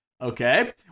Okay